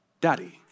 Daddy